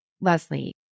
Leslie